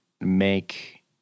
make